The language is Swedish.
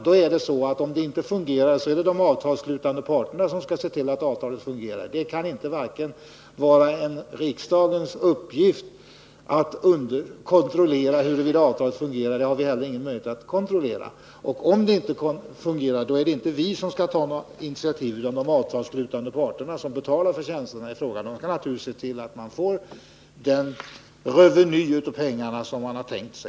Om det inte fungerar är det de avtalsslutande parterna som skall se till att avtalet fungerar. Det kan inte vara riksdagens uppgift att kontrollera huruvida avtalet fungerar eller inte. Riksdagen har inte heller någon möjlighet att göra det. Om avtalet inte fungerar är det inte riksdagen som skall ta initiativ. Det är de avtalsslutande parterna, som betalar för tjänsterna i fråga, som naturligtvis skall se till att man får den reveny av pengarna som man tänkt sig.